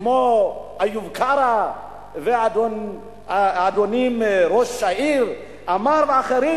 כמו איוב קרא והאדונים ראש העיר עמר ואחרים.